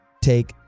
take